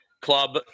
Club